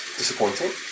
disappointing